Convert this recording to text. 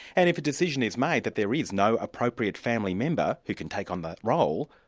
and if a decision is made that there is no appropriate family member who can take on that role,